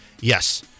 Yes